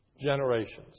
generations